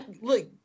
Look